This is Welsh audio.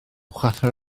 chwarter